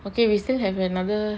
okay we still have another